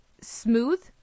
smooth